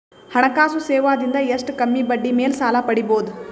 ಹಣಕಾಸು ಸೇವಾ ದಿಂದ ಎಷ್ಟ ಕಮ್ಮಿಬಡ್ಡಿ ಮೇಲ್ ಸಾಲ ಪಡಿಬೋದ?